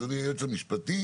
אדוני היועץ המשפטי,